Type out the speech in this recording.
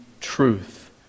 truth